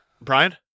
Brian